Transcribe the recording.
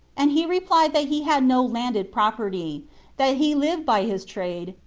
and he replied that he had no landed pro perty that he lived by his trade,